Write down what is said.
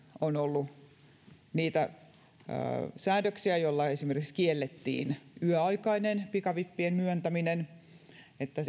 on ollut säädöksiä joilla esimerkiksi kiellettiin yöaikainen pikavippien myöntäminen niin että